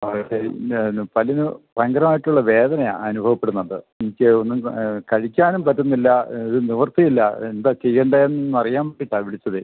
അതെ ശരി ഞാൻ പല്ലിന് ഭയങ്കര ആയിട്ടുള്ള വേദനയാ അനുഭവപ്പെടുന്നുണ്ട് എനിക്ക് ഒന്നും ഇപ്പം അത് കഴിക്കാനും പറ്റുന്നില്ല ഒരു നിവർത്തിയില്ല എന്താ ചെയ്യേണ്ടത് എന്നറിയാൻ വേണ്ടിയിട്ടാ വിളിച്ചത്